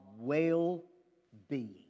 well-being